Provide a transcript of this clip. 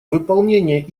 выполнения